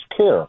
care